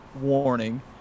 warning